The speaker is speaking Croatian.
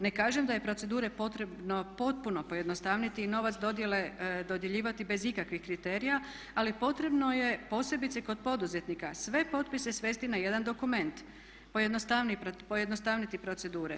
Ne kažem da je procedure potrebno potpuno pojednostavniti i novac dodjeljivati bez ikakvih kriterija, ali potrebno je posebice kod poduzetnika sve potpise svesti na jedan dokument, pojednostavniti procedure.